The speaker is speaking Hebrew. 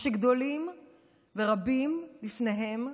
מה שגדולים ורבים לפניהם,